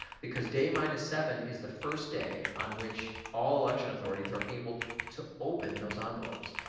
because day minus seven is the first day on which all election authorities are able to open those envelopes.